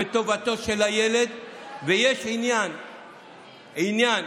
ולאור